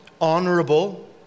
honorable